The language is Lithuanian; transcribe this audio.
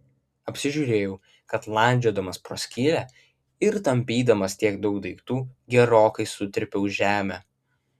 apsižiūrėjau kad landžiodamas pro skylę ir tampydamas tiek daug daiktų gerokai sutrypiau žemę